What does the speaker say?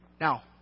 Now